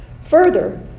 Further